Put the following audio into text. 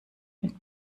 mit